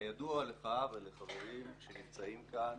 כידוע לך ולחברים שנמצאים כאן,